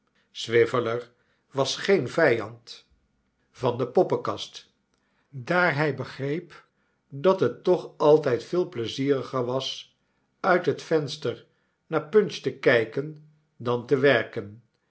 swiveller was geen vijand van de poppenkast daar hij begreep dat het toch altijd veel pleizieriger was uit het venster naar punch te kijken dan te werken